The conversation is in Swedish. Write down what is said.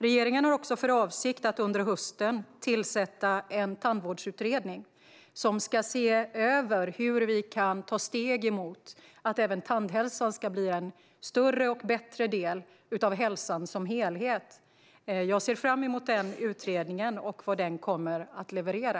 Regeringen har också för avsikt att under hösten tillsätta en tandvårdsutredning som ska se över hur vi kan ta steg mot att även tandhälsa ska bli en större och bättre del av hälsan som helhet. Jag ser fram emot denna utredning och vad den kommer att leverera.